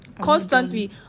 constantly